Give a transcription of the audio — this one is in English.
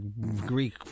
Greek